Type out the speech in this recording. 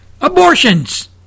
abortions